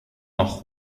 noch